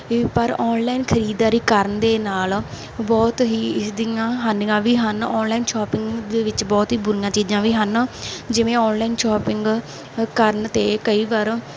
ਇ ਪਰ ਔਨਲਾਈਨ ਖਰੀਦਦਾਰੀ ਕਰਨ ਦੇ ਨਾਲ ਬਹੁਤ ਹੀ ਇਸਦੀਆਂ ਹਾਨੀਆਂ ਵੀ ਹਨ ਔਨਲਾਈਨ ਸ਼ੋਪਿੰਗ ਦੇ ਵਿੱਚ ਬਹੁਤ ਹੀ ਬੁਰੀਆ ਚੀਜ਼ਾਂ ਵੀ ਹਨ ਜਿਵੇਂ ਔਨਲਾਈਨ ਸ਼ੋਪਿੰਗ ਕਰਨ 'ਤੇ ਕਈ ਵਾਰ